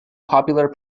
popular